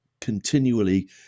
continually